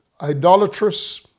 idolatrous